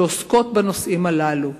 שעוסקות במקרים הללו.